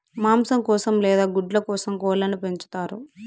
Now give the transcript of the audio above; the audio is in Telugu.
మాంసం కోసం లేదా గుడ్ల కోసం కోళ్ళను పెంచుతారు